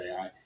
AI